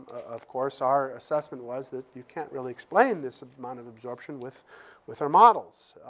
of course, our assessment was that you can't really explain this amount of absorption with with our models.